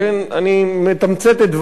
אני מתמצת את דבריך,